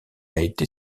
été